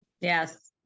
Yes